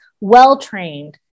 well-trained